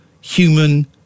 human